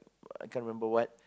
can't remember what